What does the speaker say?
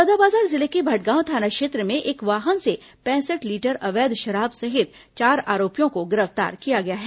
बलौदाबाजार जिले के भटगांव थाना क्षेत्र में एक वाहन से पैंसठ लीटर अवैध शराब सहित चार आरोपियों को गिरफ्तार किया गया है